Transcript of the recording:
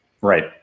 Right